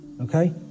Okay